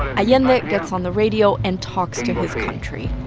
allende gets on the radio and talks to his country